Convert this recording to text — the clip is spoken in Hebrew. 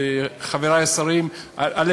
חברי השרים, א.